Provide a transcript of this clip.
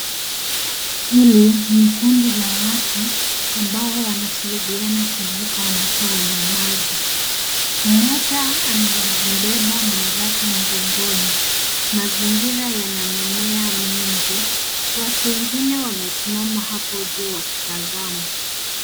Hili ni kundi la watu ambao wanasaidiana kuvuka mto wenye maji, mmoja amembeba mwenzake mgongoni. Mazingira yana mimea mingi, watu wengine wamesimama hapo juu wakitazama.